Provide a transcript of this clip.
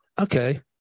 Okay